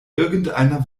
irgendeiner